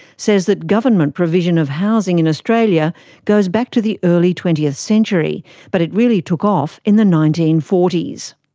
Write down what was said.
says that government provision of housing in australia goes back to the early twentieth century but it really took off in the nineteen forty s.